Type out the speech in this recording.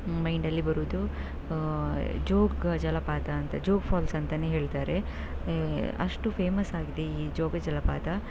ಮೈಂಡಲ್ಲಿ ಬರೋದು ಜೋಗ ಜಲಪಾತ ಅಂತ ಜೋಗ ಫಾಲ್ಸ್ ಅಂತಾನೆ ಹೇಳ್ತಾರೆ ಅಷ್ಟು ಫೇಮಸ್ ಆಗಿದೆ ಈ ಜೋಗ ಜಲಪಾತ